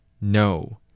No